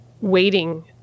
waiting